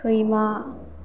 सैमा